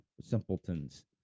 simpletons